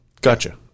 gotcha